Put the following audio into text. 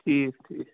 ٹھیٖک ٹھیٖک